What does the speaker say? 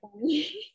funny